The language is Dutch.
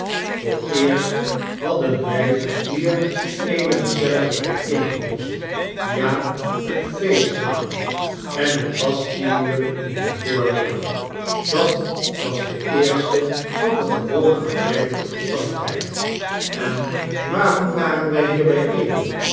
vooreerst hadden wij hier eene gezellige by eenkomst ja een feestmaal en het was tien uur in den voormiddag dat was de eerste van de gewone afwykende omstandigheid en waarom waren wy hier